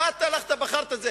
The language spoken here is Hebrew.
מה אתה הלכת ובחרת?